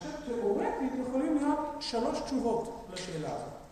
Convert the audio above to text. תאורטית יכולים להיות 3 תשובות לשאלה הזאת